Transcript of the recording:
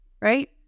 right